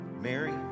Mary